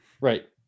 Right